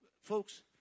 folks